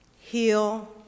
heal